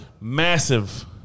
Massive